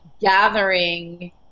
gathering